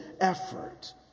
effort